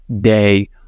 day